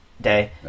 Day